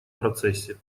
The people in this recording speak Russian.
процессе